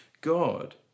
God